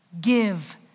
give